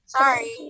Sorry